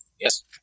Yes